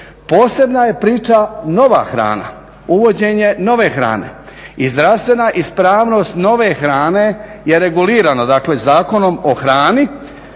Posebna je priča nova hrana, uvođenje nove hrane i zdravstvena ispravnost nove hrane je regulirana dakle Zakonom o hrani,